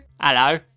Hello